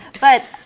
but